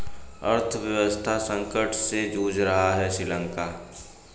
अर्थव्यवस्था संकट से जूझ रहा हैं श्रीलंका